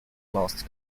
lost